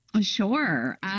Sure